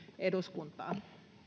eduskuntaan